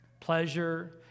pleasure